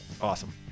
awesome